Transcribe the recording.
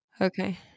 Okay